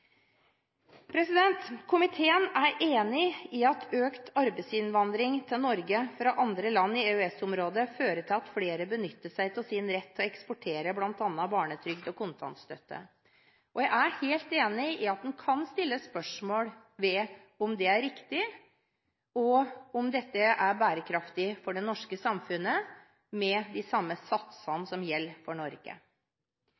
Komiteen er enig i at økt arbeidsinnvandring til Norge fra andre land i EØS-området fører til at flere benytter seg av sin rett til å eksportere bl.a. barnetrygd og kontantstøtte. Jeg er helt enig i at en kan stille spørsmål ved om det er riktig, og om dette er bærekraftig for det norske samfunnet, med de samme satsene